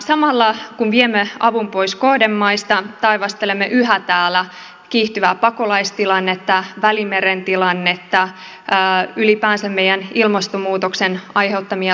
samalla kun viemme avun pois kohdemaista taivastelemme yhä täällä kiihtyvää pakolaistilannetta välimeren tilannetta ylipäänsä ilmastonmuutoksen aiheuttamia luonnonkatastrofeja